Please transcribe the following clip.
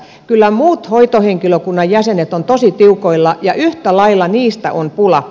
kyllä muut hoitohenkilökunnan jäsenet ovat tosi tiukoilla ja yhtä lailla niistä on pula